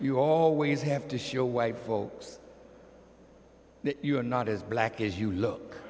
you always have to show why folks that you are not as black as you look